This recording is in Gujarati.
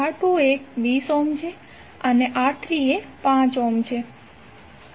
R2 એ 20 ઓહ્મ છે અને R3 એ 5 ઓહ્મ છે